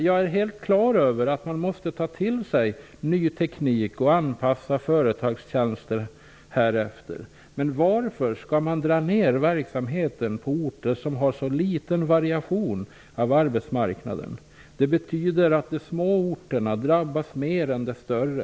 Jag är helt klar över att man måste ta till sig ny teknik och anpassa företagstjänster härefter. Men varför skall man dra ned verksamheten på orter som har så liten variation av arbetsmarknaden? Det betyder att de små orterna drabbas mer än de större.